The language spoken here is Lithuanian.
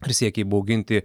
ir siekia įbauginti